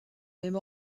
même